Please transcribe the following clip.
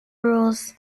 rules